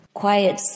quiet